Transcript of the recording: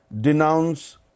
denounce